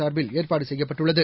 சார்பில் ஏற்பாடு செய்யப்பட்டுள்ளது